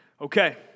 Okay